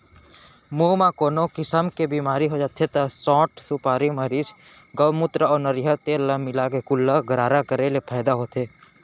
मुंह म कोनो किसम के बेमारी हो जाथे त सौंठ, सुपारी, मरीच, गउमूत्र अउ नरियर तेल ल मिलाके कुल्ला गरारा करे ले फायदा होथे